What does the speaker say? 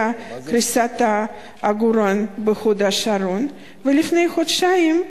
היתה קריסת עגורן בהוד-השרון, ולפני חודשיים,